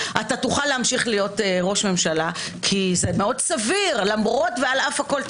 תוכל להמשיך להיות ראש ממשלה כי מאוד סביר למרות ועל אף הכול תישאר.